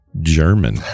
German